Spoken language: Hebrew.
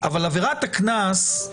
אבל עבירת הקנס,